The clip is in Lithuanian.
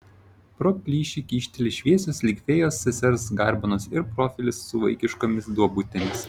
pro plyšį kyšteli šviesios lyg fėjos sesers garbanos ir profilis su vaikiškomis duobutėmis